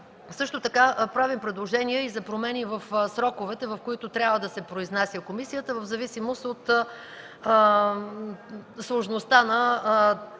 Също така правим предложение и за промени в сроковете, в които трябва да се произнася комисията, в зависимост от сложността на